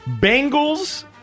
Bengals